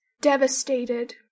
devastated